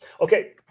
Okay